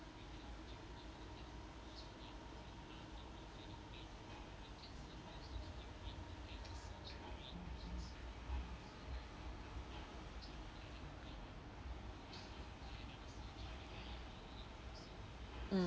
mm